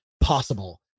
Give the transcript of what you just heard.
possible